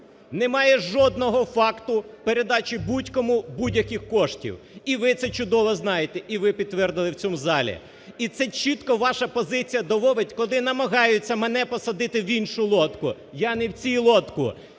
Немає жодного факту передачі будь-кому будь-яких коштів і ви це чудово знаєте. І ви підтвердили в цьому залі, і це чітко ваша позиція доводить, коли намагаються мене посади в іншу лодку, я не в цій лодці.